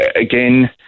again